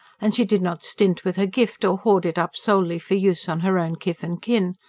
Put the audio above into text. and she did not stint with her gift, or hoard it up solely for use on her own kith and kin.